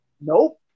nope